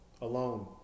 alone